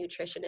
nutritionist